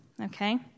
okay